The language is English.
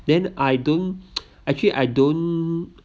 then I don't actually I don't